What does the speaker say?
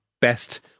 best